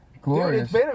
Glorious